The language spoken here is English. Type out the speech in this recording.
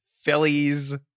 Phillies